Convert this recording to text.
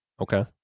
Okay